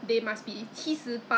因为孩子用吗所以